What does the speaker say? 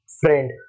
friend